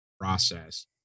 process